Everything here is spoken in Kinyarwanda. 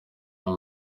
aya